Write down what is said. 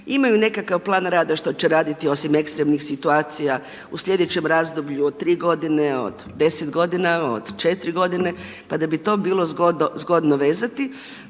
imaju nekakav plan rada što će raditi osim ekstremnih situacija u sljedećem razdoblju od 3 godine, od 10 godina, od 4 godine pa da bi to bilo zgodno vezati